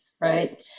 right